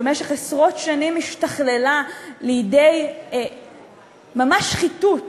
שבמשך עשרות שנים השתכללה לידי ממש שחיתות